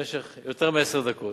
במשך יותר מעשר דקות,